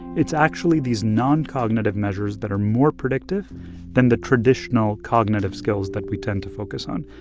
it's actually these noncognitive measures that are more predictive than the traditional cognitive skills that we tend to focus on.